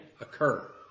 occur